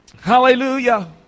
Hallelujah